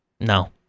No